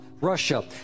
Russia